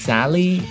Sally